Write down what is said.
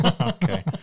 Okay